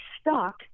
stuck